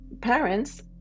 parents